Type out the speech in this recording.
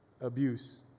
abuse